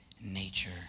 nature